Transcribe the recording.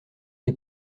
des